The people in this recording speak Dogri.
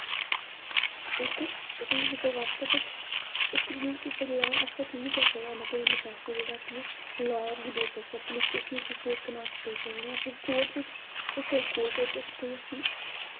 इक्क रूरल पीपुल बास्तै पर की इक्क ते ऐसा नेईं करी सकदे की पैसा जेह्ड़ा भी कोर्ट बिच कोई कोर्ट बिच अगर कोई